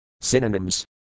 Synonyms